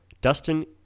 Dustin